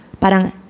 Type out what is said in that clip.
parang